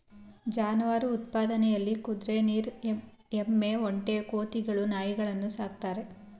ಜಾನುವಾರು ಉತ್ಪಾದನೆಲಿ ಕುದ್ರೆ ನೀರ್ ಎಮ್ಮೆ ಒಂಟೆ ಕೋತಿಗಳು ನಾಯಿಗಳನ್ನು ಸಾಕ್ತಾರೆ